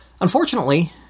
Unfortunately